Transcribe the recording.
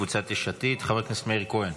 קבוצת יש עתיד, חבר הכנסת מאיר כהן.